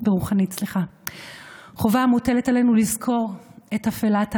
את החובה המוטלת עלינו לזכור את אפלת העבר.